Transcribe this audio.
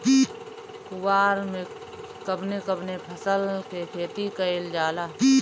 कुवार में कवने कवने फसल के खेती कयिल जाला?